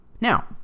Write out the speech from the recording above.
Now